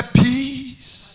peace